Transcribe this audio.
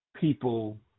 people